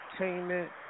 Entertainment